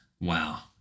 Wow